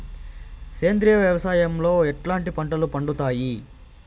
సేంద్రియ వ్యవసాయం లో ఎట్లాంటి పంటలు పండుతాయి